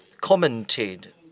commented